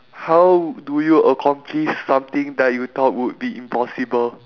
how do you accomplish something that you thought would be impossible